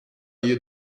you